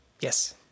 Yes